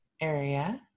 area